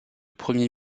premier